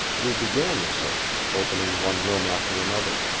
we began the search, opening one room after another.